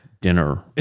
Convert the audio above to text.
Dinner